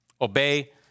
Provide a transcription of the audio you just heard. obey